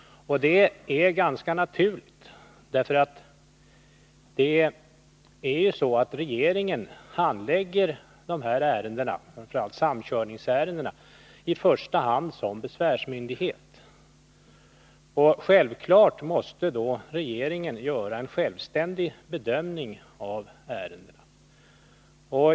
Det är ganska naturligt. Regeringen handlägger ju sådana här ärenden — framför allt samkörningsärenden — i första hand i egenskap av besvärsmyndighet. Självfallet måste regeringen göra en självständig bedömning av de olika ärendena.